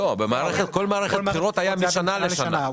לא, בכל מערכת בחירות זה היה משנה לשנה.